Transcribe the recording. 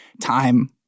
time